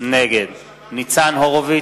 נגד ניצן הורוביץ,